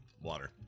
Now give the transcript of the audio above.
Water